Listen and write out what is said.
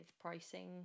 pricing